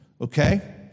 okay